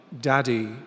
daddy